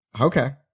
Okay